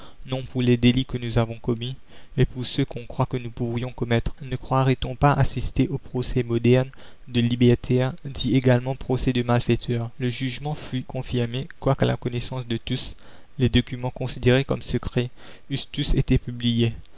non pour les délits que nous avons commis mais pour ceux qu'on croit que nous pourrions commettre ne croirait-on pas assister aux procès modernes de libertaires dits également procès de malfaiteurs le jugement fut confirmé quoique à la connaissance de tous les documents considérés comme secrets eussent tous été publiés